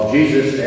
Jesus